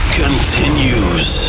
continues